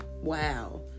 Wow